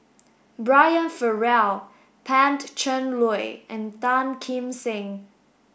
Brian Farrell Pan Cheng Lui and Tan Kim Seng